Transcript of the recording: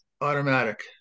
automatic